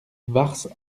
varces